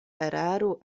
eraro